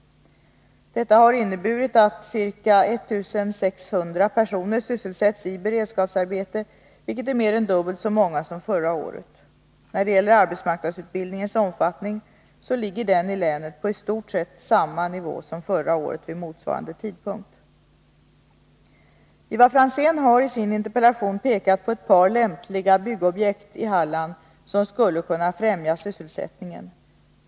Detta har inneburit att ca 1 600 personer sysselsätts i beredskapsarbete, vilket är mer än dubbelt så många som förra året. När det gäller arbetsmarknadsutbildningens omfattning så ligger den i länet på i stort sett samma nivå som förra året vid motsvarande tidpunkt. Ivar Franzén har i sin interpellation pekat på ett par lämpliga byggobjekt i Halland som skulle kunna främja sysselsättningen.